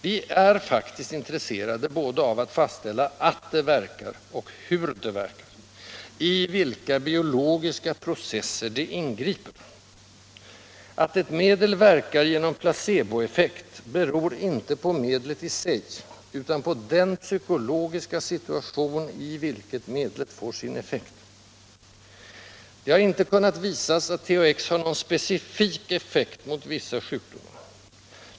Vi är faktiskt intresserade av att fastställa både art det verkar och hur det verkar: i vilka biologiska processer det ingriper. Att ett medel verkar genom placeboeffekt beror inte på medlet i sig, utan på den psykologiska situation, i vilken medlet får sin effekt. Det har inte kunnat visas att THX har någon specifik effekt mot vissa sjukdomar.